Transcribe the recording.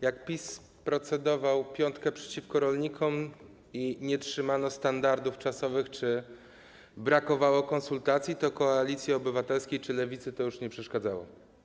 Jak PiS procedował piątkę przeciwko rolnikom i nie trzymano standardów czasowych czy brakowało konsultacji, to Koalicji Obywatelskiej czy Lewicy to już nie przeszkadzało.